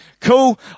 cool